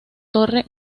torre